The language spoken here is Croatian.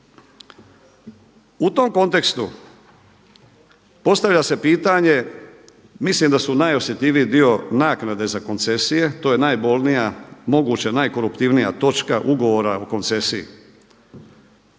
U tom kontekstu postavlja se pitanje, mislim da su najosjetljiviji dio naknade za koncesije, to je najbolnija, moguće najkoruptivnija točka ugovora o koncesiji.